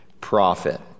prophet